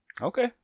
Okay